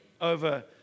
over